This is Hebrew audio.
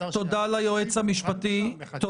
תודה ליועץ המשפטי --- לא אמרו לנו תמיד